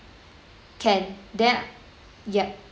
can that ya